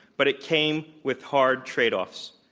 but it came with hard trade-offs.